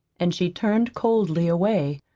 and she turned coldly away.